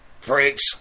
freaks